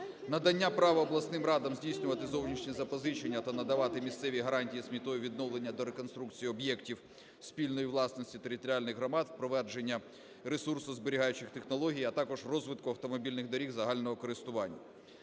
надання права обласним радам здійснювати зовнішні запозичення та надавати місцеві гарантії з метою відновлення та реконструкції об'єктів спільної власності територіальних громад, впровадження ресурсозберігаючих технологій, а також розвитку автомобільних доріг загального користування.